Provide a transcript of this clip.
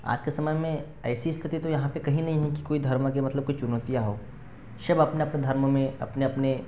आज के समय में ऐसी स्थिति तो यहाँ पर कहीं नहीं है कि कोई धर्म के मतलब कुछ चुनौतियाँ हों सब अपने अपने धर्म में अपने अपने